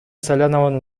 салянованын